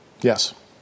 Yes